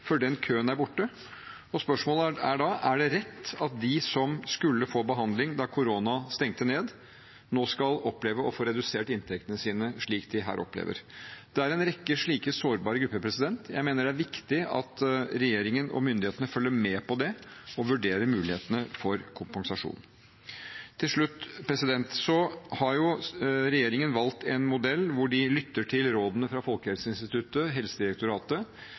den køen er borte. Spørsmålet er da: Er det rett at de som skulle få behandling da korona stengte ned, nå skal oppleve å få redusert inntekten sin, slik de her opplever? Det er en rekke slike sårbare grupper. Jeg mener det er viktig at regjeringen og myndighetene følger med på det og vurderer mulighetene for kompensasjon. Til slutt: Regjeringen har valgt en modell hvor de lytter til rådene fra Folkehelseinstituttet og Helsedirektoratet,